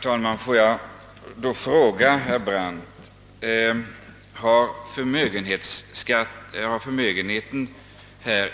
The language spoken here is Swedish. Herr talman! Får jag då fråga herr Brandt: Har förmögenheten